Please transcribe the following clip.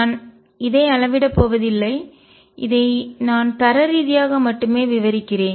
நான் இதை அளவிடப் போவதில்லை இதை நான் தர ரீதியாக மட்டுமே விவரிக்கிறேன்